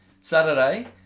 Saturday